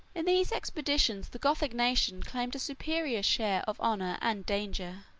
in these expeditions, the gothic nation claimed a superior share of honor and danger